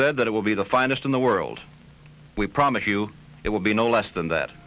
said that it will be the finest in the world we promise you it will be no less than that